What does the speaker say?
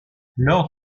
lors